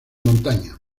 montaña